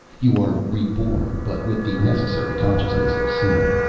you are reborn but with the necessary consciousness of sin.